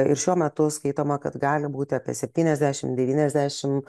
ir šiuo metu skaitoma kad gali būti apie septyniasdešimt devyniasdešimt